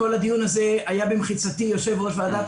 כל הדיון הזה היה במחיצתו של יושב-ראש